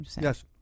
Yes